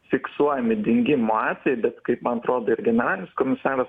fiksuojami dingimo atvejai bet kai man atrodo ir generalinis komisaras